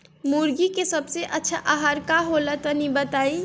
मुर्गी के सबसे अच्छा आहार का होला तनी बताई?